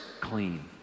clean